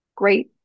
great